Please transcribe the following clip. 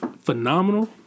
phenomenal